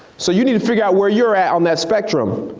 so you need to figure at where you're at on that spectrum.